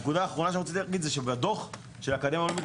הנקודה האחרונה שרציתי להגיד היא שבדו"ח של האקדמיה הלאומית